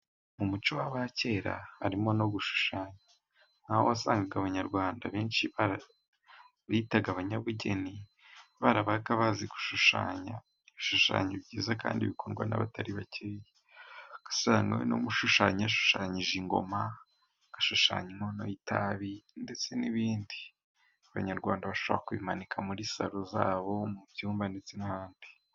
Mu muco w'abakera harimo no gushushanya aho wasangaga abanyarwanda benshi bitaga abanyabugeni barabaga bazi gushushanya ibishushanyo byiza kandi bikundwa n'abatari bakeya. Ugasanga n'umushushanya yashushanyije ingoma, agashushanya inkono y'itabi ndetse n'ibindi. Abanyarwanda bashobora kubimanika muri salo zabo mu byumba ndetse n'ahandi.